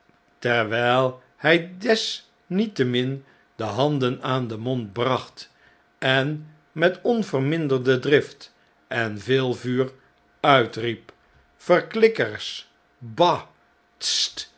terwijl hj desniettemin de handen aan den mond bracht en met onverminderde drift en veel vuur uitriep verklikkers